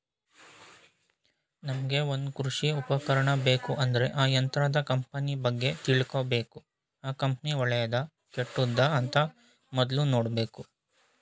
ನಮ್ಗೆ ಒಂದ್ ಕೃಷಿ ಉಪಕರಣ ಬೇಕು ಅಂದ್ರೆ ಆ ಯಂತ್ರದ ಕಂಪನಿ ಬಗ್ಗೆ ತಿಳ್ಕಬೇಕು ಆ ಕಂಪನಿ ಒಳ್ಳೆದಾ ಕೆಟ್ಟುದ ಅಂತ ಮೊದ್ಲು ನೋಡ್ಬೇಕು